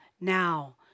now